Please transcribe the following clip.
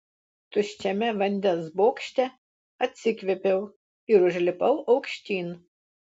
tuščiame vandens bokšte atsikvėpiau ir užlipau aukštyn